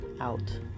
out